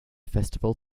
festival